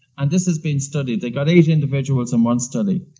and this has been studied they got eight individuals in one study,